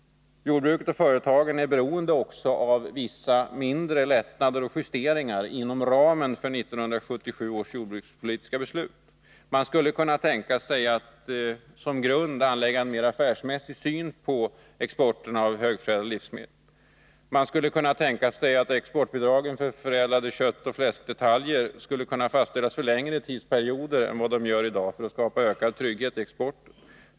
Jordbruket och företagen är beroende också av vissa mindre lättnader och justeringar inom ramen för 1977 års jordbrukspolitiska beslut. Man skulle kunna tänka sig att som grund anlägga en mer affärsmässig syn på exporten av högförädlade livsmedel. Man skulle kunna tänka sig att 179 exportbidragen för förädlade köttoch fläskdetaljer skulle kunna fastställas för längre perioder än fallet är i dag — detta för att skapa ökad trygghet i exporten.